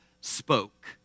spoke